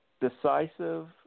decisive